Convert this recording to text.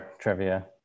trivia